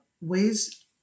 ways